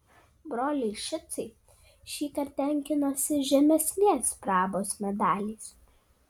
broliai šicai šįkart tenkinosi žemesnės prabos medaliais